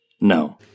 No